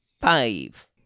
five